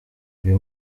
uyu